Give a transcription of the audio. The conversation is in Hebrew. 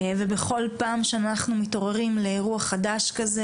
ובכל פעם שאנחנו מתעוררים לאירוע חדש כזה,